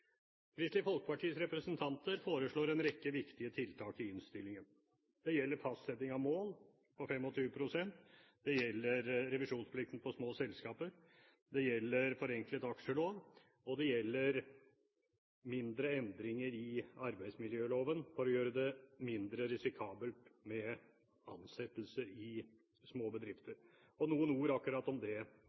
Kristelig Folkepartis representanter foreslår en rekke viktige tiltak i dokumentet. Det gjelder fastsetting av mål på 25 pst. Det gjelder revisjonsplikten for små selskaper. Det gjelder forenklet aksjelov. Og det gjelder mindre endringer i arbeidsmiljøloven for å gjøre det mindre risikabelt med ansettelser i små bedrifter. Noen ord om akkurat det,